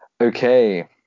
Okay